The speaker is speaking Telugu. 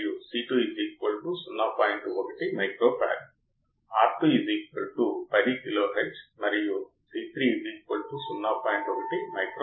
అవుట్పుట్ సానుకూలంగా ఉంటుంది ఇది సానుకూల టెర్మినల్ ను మరింత సానుకూలంగా చేస్తుంది మరియు Vin పరిస్థితిని మరింత దిగజారుస్తుంది అంటే Vin ఇన్వర్టింగ్ ఇన్పుట్ సానుకూల ఇన్పుట్ Vin కంటే కొంచెం ఎక్కువగా ఉంటే అవుట్పుట్ సానుకూలంగా ఉంటుంది